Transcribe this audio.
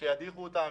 ידיחו אותם,